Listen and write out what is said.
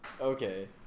Okay